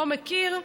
לא מכיר,